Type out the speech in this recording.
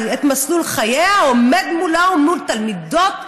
את מסלול חייה עומד מולה ומול תלמידות,